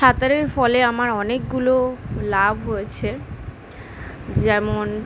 সাঁতারের ফলে আমার অনেকগুলো লাভ হয়েছে যেমন